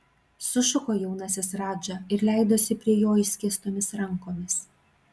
sušuko jaunasis radža ir leidosi prie jo išskėstomis rankomis